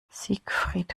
siegfried